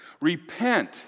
Repent